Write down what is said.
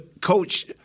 Coach